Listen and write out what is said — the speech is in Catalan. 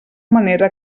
manera